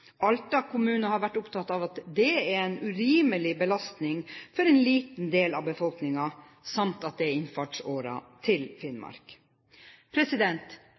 Alta kommune har vært opptatt av at det er en urimelig belastning for en liten del av befolkningen, samt at det er innfartsåren til Finnmark.